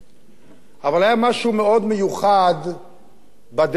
אבל היה משהו מאוד מיוחד בדרך שלו,